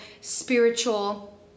spiritual